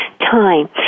time